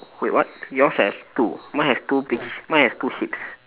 wait what yours have two mine has two mine has two sheeps